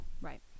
Right